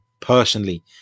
personally